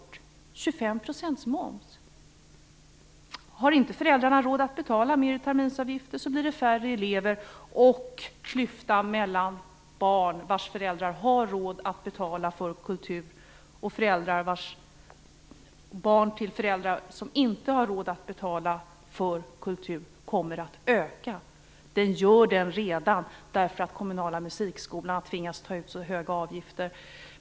Det handlar om 25 % moms, och har inte föräldrarna råd att betala mer i terminsavgifter så blir det färre elever, och klyftan mellan barn vars föräldrar har råd att betala för kultur och barn till föräldrar som inte har råd att betala kommer att öka. Den klyftan ökar redan nu, eftersom den kommunala musikskolan tvingas ta ut så höga avgifter.